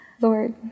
Lord